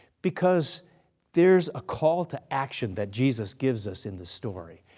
because there's a call to action that jesus gives us in the story.